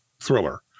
thriller